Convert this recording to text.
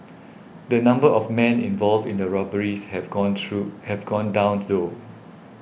the number of men involved in the robberies have gone true have gone down though